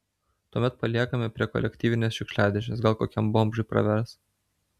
tuomet paliekame prie kolektyvinės šiukšliadėžės gal kokiam bomžui pravers